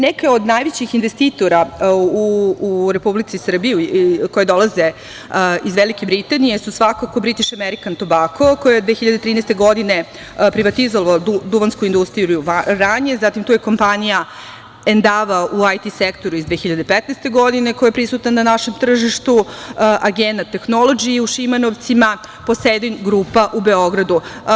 Neka od najvećih investitora u Republici Srbiji koje dolaze iz Velike Britanije su svakako British American Tobacco koji je od 2013. godine privatizovalo duvansku industriju u Vranju, zatim to je kompanija Endava u IT sektoru iz 2015. godine koja je prisutan na našem tržištu „Agena Tehnolodži“ u Šimanovcima, „Posedin grupa“ u Beogradu.